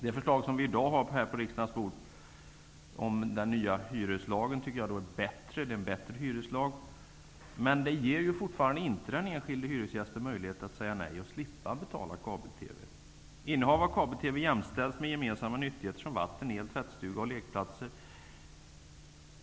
Det förslag om en ny hyreslag som i dag ligger på riksdagens bord är bättre än tidigare lag, men den ger fortfarande inte den enskilde hyresgästen möjlighet att säga nej och slippa betala för kabel Innehav av kabel-TV jämställs med gemensamma nyttigheter som vatten, el, tvättstuga och lekplatser.